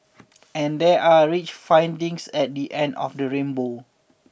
and there are rich findings at the end of the rainbow